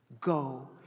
go